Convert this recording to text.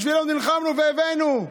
בשבילם נלחמנו והבאנו.